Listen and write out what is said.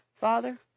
Father